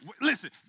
Listen